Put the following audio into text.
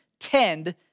tend